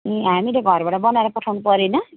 ए हामीले घरबाट बनाएर पठाउनु परेन